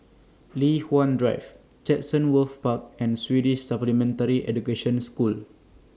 Li Hwan Drive Chatsworth Park and Swedish Supplementary Education School